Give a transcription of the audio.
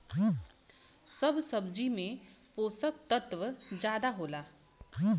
सब सब्जी में पोसक तत्व जादा होला